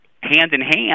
hand-in-hand –